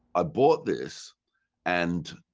i bought this and